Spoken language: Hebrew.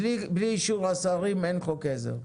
בלי אישור השרים אין חוק עזר.